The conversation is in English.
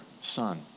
son